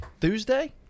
Thursday